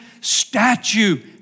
statue